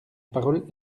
parole